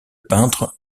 peintre